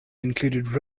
included